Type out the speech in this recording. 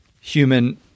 human